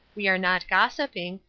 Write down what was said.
we are not gossiping,